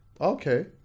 Okay